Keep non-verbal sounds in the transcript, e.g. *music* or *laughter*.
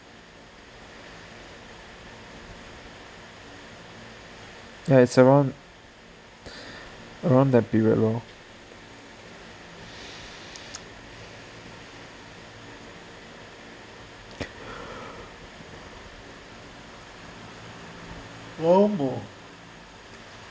ya it's around around that period lor *noise*